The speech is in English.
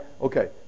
Okay